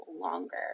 longer